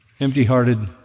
empty-hearted